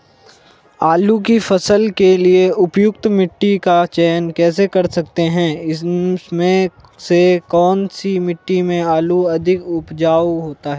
आलू की फसल के लिए उपयुक्त मिट्टी का चयन कैसे कर सकते हैं इसमें से कौन सी मिट्टी में आलू अधिक उपजाऊ होता है?